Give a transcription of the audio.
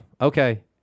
Okay